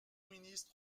ministres